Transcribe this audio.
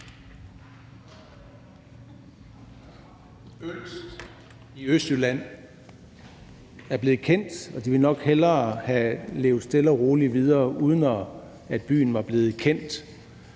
Ølst i Østjylland er blevet kendt. De, der bor der, ville nok hellere have levet stille og roligt videre, uden at byen var blevet kendt